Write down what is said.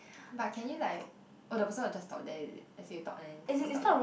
but can you like or the person will just stop there is it as in let's say you stop there and he stop there